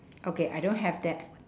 okay I don't have that